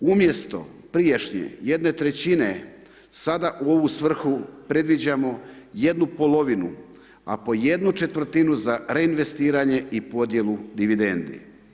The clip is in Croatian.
Umjesto prijašnje jedne trećine sada u ovu svrhu predviđamo jednu polovinu a po jednu četvrtinu za reinvestiranje i podjelu dividendi.